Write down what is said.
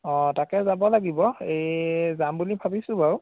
অঁ তাকে যাব লাগিব এই যাম বুলি ভাবিছোঁ বাৰু